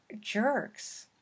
jerks